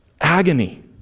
Agony